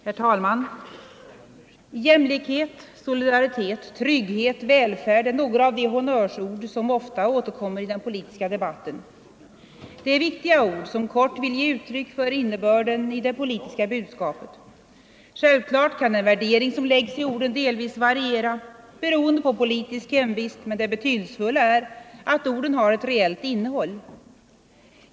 Herr talman! Jämlikhet, solidaritet, trygghet, välfärd är några av de honnörsord som ofta återkommer i den politiska debatten. Det är viktiga ord som kort vill ge uttryck för innebörden i det politiska budskapet. Självklart kan den värdering som läggs i orden delvis variera, beroende på politisk hemvist, men det betydelsefulla är att orden har ett reellt innehåll.